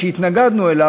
שהתנגדנו לו,